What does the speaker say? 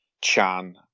Chan